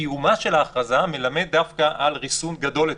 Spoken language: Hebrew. קיומה של ההכרזה מלמד דווקא על ריסון גדול יותר.